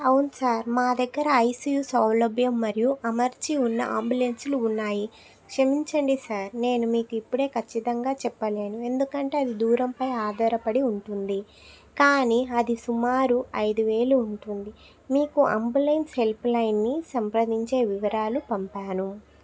అవును సార్ మా దగ్గర ఐసీయూ సౌలభ్యం మరియు అమర్చి ఉన్న అంబులెన్స్లు ఉన్నాయి క్షమించండి సార్ నేను మీకు ఇప్పుడే ఖచ్చితంగా చెప్పలేను ఎందుకంటే అది దూరంపై ఆధారపడి ఉంటుంది కానీ అది సుమారు ఐదు వేలు ఉంటుంది మీకు అంబులెన్స్ హెల్ప్లైన్ని సంప్రదించే వివరాలు పంపాను